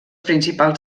principals